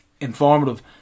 informative